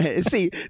See